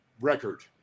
record